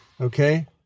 Okay